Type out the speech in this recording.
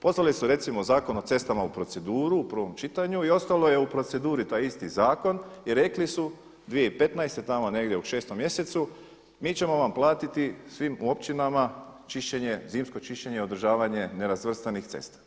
Poslali su recimo Zakon o cestama u proceduru u prvom čitanju i ostao je u proceduri taj isti zakon i rekli su 2015. tamo negdje u 6 mjesecu mi ćemo vam platiti svim općinama čišćenje, zimsko čišćenje i održavanje nerazvrstanih cesta.